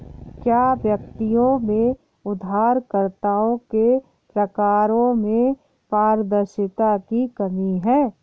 क्या व्यक्तियों में उधारकर्ताओं के प्रकारों में पारदर्शिता की कमी है?